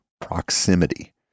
proximity